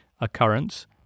occurrence